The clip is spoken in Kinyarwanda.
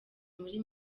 muri